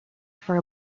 for